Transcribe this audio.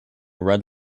red